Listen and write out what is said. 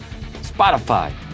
Spotify